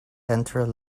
entered